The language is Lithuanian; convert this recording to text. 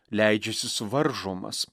leidžiasi suvaržomas